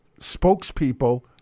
spokespeople